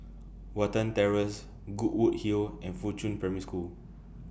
Watten Terrace Goodwood Hill and Fuchun Primary School